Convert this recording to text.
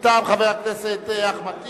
מטעם חבר הכנסת אחמד טיבי.